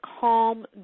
calm